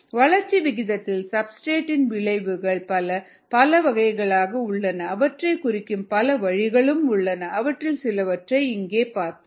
வளர்ச்சி விகிதத்தில் சப்ஸ்டிரேட் இன் விளைவுகள் பல வகைகளாக உள்ளன அவற்றைக் குறிக்கும் பல வழிகளும் உள்ளன அவற்றில் சிலவற்றை இங்கே பார்ப்போம்